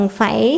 phải